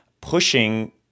pushing